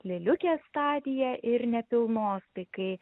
lėliukės stadiją ir nepilnos tai kai